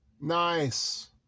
Nice